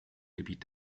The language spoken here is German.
gebiet